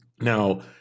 Now